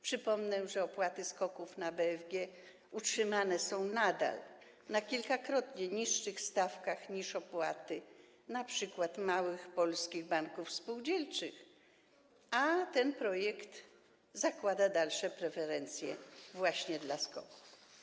Przypomnę, że opłaty SKOK-ów na rzecz BFG utrzymane są nadal na kilkakrotnie niższym poziomie niż opłaty np. małych, polskich banków spółdzielczych, a ten projekt zakłada dalsze preferencje właśnie dla SKOK-ów.